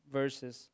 verses